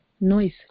Noise